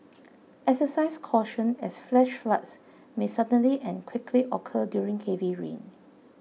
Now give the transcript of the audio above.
exercise caution as flash floods may suddenly and quickly occur during heavy rain